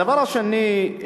הדבר השני,